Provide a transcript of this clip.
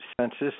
census